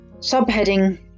subheading